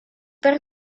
per